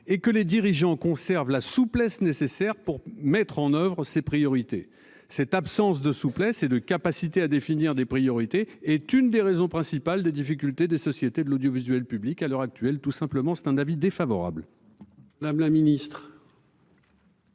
et que les dirigeants conserve la souplesse nécessaire pour mettre en oeuvre ses priorités. Cette absence de souplesse et de capacité à définir des priorités est une des raisons principales des difficultés des sociétés de l'audiovisuel public, à l'heure actuelle, tout simplement, c'est un avis défavorable.